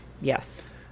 Yes